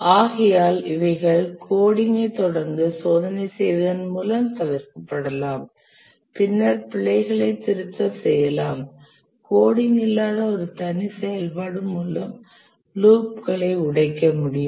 ஆகையால் இவைகள் கோடிங்ஐ தொடர்ந்து சோதனை செய்வதன் மூலம் தவிர்க்கப்படலாம் பின்னர் பிழைகளை திருத்தம் செய்யலாம் கோடிங் இல்லாத ஒரு தனி செயல்பாடு மூலம் லூப்களை உடைக்க முடியும்